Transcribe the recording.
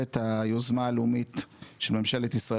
במסגרת היוזמה הלאומית של ממשלת ישראל